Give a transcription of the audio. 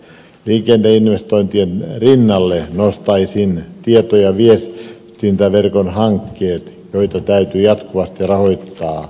liikenneinvestointien rinnalle nostaisin tieto ja viestintäverkon hankkeet joita täytyy jatkuvasti rahoittaa